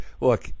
look